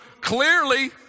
clearly